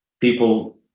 people